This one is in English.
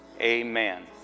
amen